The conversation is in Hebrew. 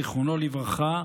זיכרונו לברכה,